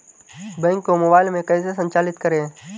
Bank को mobile में कैसे संचालित करें?